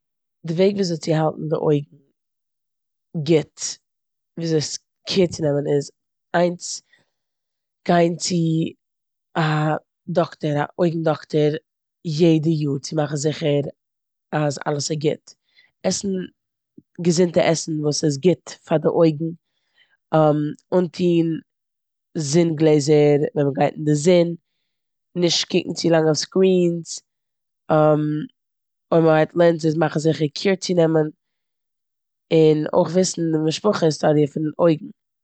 די וועג ווויאזוי צו האלטן די אויגן גוט, וויאזוי ס- קעיר צו נעמען איז איינס: גיין צו א דאקטער, א אויגן דאקטער, יעדע יאר צו מאכן זיכער אז אלעס איז גוט. עסן געזונטע עסן וואס איז גוט פאר די אויגן. אנטון זון גלעזער ווען מ'גייט אין די זון און נישט קוקן צו לאנג אויף סקרינס אויב מ'האט לענסעס מאכן זיכער קעיר צו נעמען און אויך וויסן די משפחה היסטאריע פון אויגן.